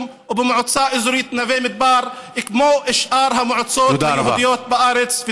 או במועצה אזורית נווה מדבר ובשאר המועצות היהודיות בארץ.